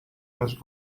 les